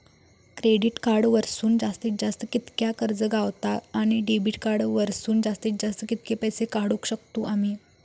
Credit card वरसून जास्तीत जास्त कितक्या कर्ज गावता, आणि डेबिट कार्ड वरसून जास्तीत जास्त कितके पैसे काढुक शकतू आम्ही?